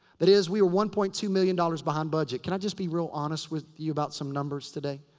that is, we were one point two million dollars behind budget. can i just be real honest with you about some numbers today?